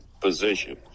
position